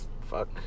Fuck